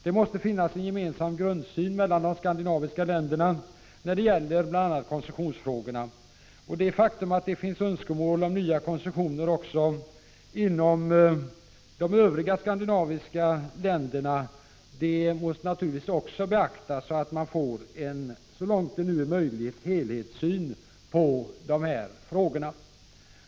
Det måste finnas en gemensam grundsyn mellan de skandinaviska länderna när det gäller bl.a. koncessionsfrågorna. Det faktum att det finns önskemål om nya koncessioner även inom de övriga skandinaviska länderna måste naturligtvis beaktas, så att man så långt det är möjligt får en helhetssyn på de här frågorna.